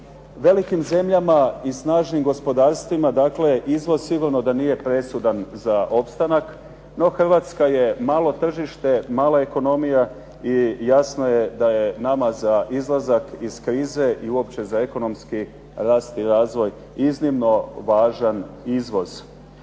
Velikim zemljama i snažnim gospodarstvima izvoz sigurno da nije presudan za opstanak, no Hrvatska je malo tržište, mala ekonomija i jasno je da je nama za izlazak iz krize i uopće za ekonomski rast i razvoj iznimno važan izvoz.